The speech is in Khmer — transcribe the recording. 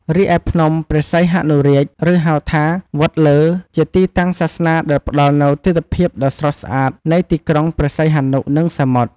រីឯភ្នំព្រះសីហនុរាជ ឬហៅថា វត្តលើ ជាទីតាំងសាសនាដែលផ្តល់នូវទិដ្ឋភាពដ៏ស្រស់ស្អាតនៃទីក្រុងព្រះសីហនុ និងសមុទ្រ។